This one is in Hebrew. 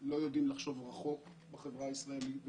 יודעים לחשוב רחוק בחברה הישראלית,